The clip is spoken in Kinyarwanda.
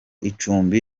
icumbi